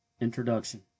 Introduction